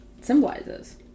symbolizes